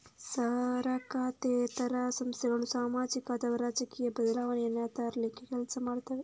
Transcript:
ಸರಕಾರೇತರ ಸಂಸ್ಥೆಗಳು ಸಾಮಾಜಿಕ ಅಥವಾ ರಾಜಕೀಯ ಬದಲಾವಣೆಯನ್ನ ತರ್ಲಿಕ್ಕೆ ಕೆಲಸ ಮಾಡ್ತವೆ